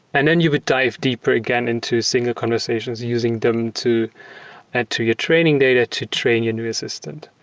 and then you would dive deeper again into single conversations using them to add to your training data to train your new assistant.